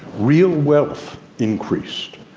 real wealth increased,